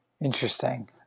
Interesting